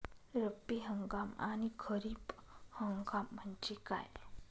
रब्बी हंगाम आणि खरीप हंगाम म्हणजे काय?